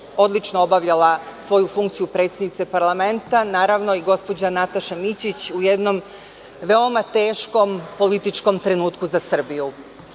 odlično obavljala svoju funkciju predsednice parlamenta, naravno, i gospođa Nataša Mićić u jednom veoma teškom političkom trenutku za Srbiju. Ali,